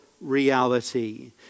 reality